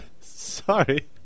Sorry